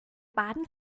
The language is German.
baden